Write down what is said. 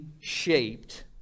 shaped